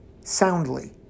soundly